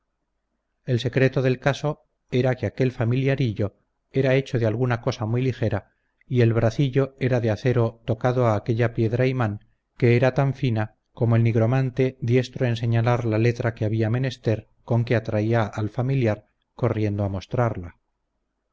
el secreto del caso era que aquel familiarillo era hecho de alguna cosa muy ligera y el bracillo era de acero tocado a aquella piedra imán que era tan fina como el nigromante diestro en señalar la letra que había menester con que atraía al familiar corriendo a mostrarla